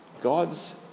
God's